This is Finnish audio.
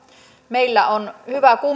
meillä on hyvä